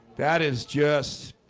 that is just